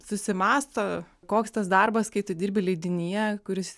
susimąsto koks tas darbas kai tu dirbi leidinyje kuris